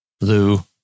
Lou